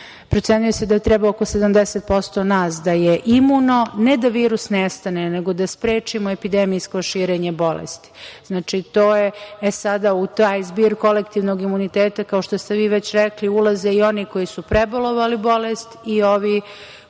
Procenjuje se da treba oko 70% nas da je imuno, ne da virus nestane, nego da sprečimo epidemijsko širenje bolesti. E, sada, u taj zbir kolektivnog imuniteta, kao što ste vi već rekli, ulaze i oni koji su prebolovali bolest i ovi